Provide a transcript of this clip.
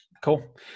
Cool